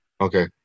Okay